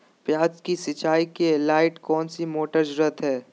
प्याज की सिंचाई के लाइट कौन सी मोटर की जरूरत है?